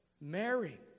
Mary